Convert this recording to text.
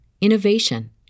innovation